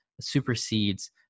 supersedes